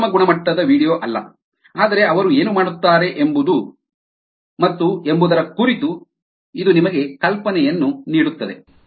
ಇದು ಉತ್ತಮ ಗುಣಮಟ್ಟದ ವೀಡಿಯೊ ಅಲ್ಲ ಆದರೆ ಅವರು ಏನು ಮಾಡುತ್ತಾರೆ ಎಂಬುದರ ಕುರಿತು ಇದು ನಿಮಗೆ ಕಲ್ಪನೆಯನ್ನು ನೀಡುತ್ತದೆ